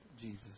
Jesus